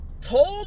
told